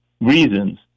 reasons